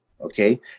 okay